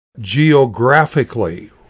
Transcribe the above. geographically